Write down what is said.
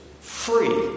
free